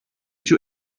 too